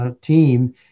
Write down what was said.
Team